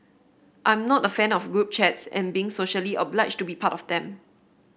I'm not a fan of group chats and being socially obliged to be part of them